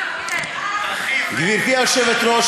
גברתי היושבת-ראש,